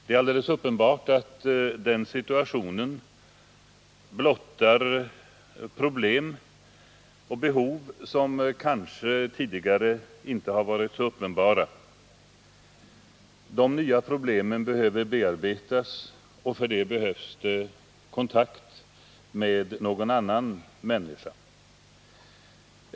En sådan situation blottar naturligtvis problem och behov, som kanske tidigare inte har varit så uppenbara. De nya problemen behöver bearbetas, och för det ändamålet behövs kontakt med någon annan människa.